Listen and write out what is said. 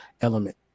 element